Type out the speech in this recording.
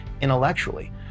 intellectually